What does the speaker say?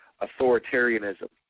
authoritarianism